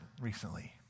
recently